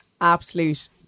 absolute